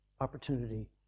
opportunity